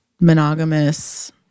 monogamous